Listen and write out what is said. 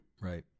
right